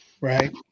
right